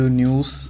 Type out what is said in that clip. news